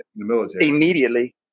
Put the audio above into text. immediately